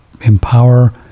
empower